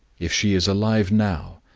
if she is alive now,